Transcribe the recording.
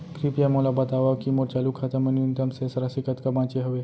कृपया मोला बतावव की मोर चालू खाता मा न्यूनतम शेष राशि कतका बाचे हवे